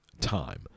time